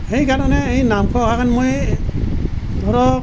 সেইকাৰণে এই নামঘোষাখন মই ধৰক